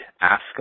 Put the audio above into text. ask